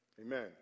Amen